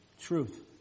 truth